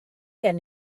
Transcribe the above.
gen